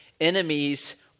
enemies